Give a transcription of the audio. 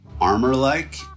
armor-like